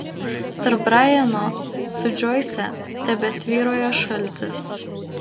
tarp brajano su džoise tebetvyrojo šaltis